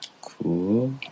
Cool